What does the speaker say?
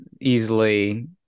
easily